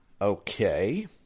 Okay